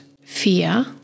fear